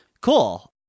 Cool